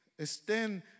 estén